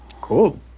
Cool